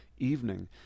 evening